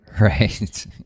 Right